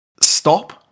stop